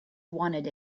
wanted